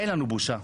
אין לנו בושה.